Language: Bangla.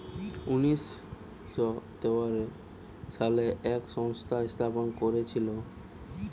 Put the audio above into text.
উনিশ শ তেয়াত্তর সালে এই সংস্থা স্থাপন করেছিল